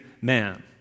man